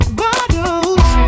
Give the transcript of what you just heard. bottles